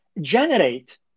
generate